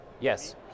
Yes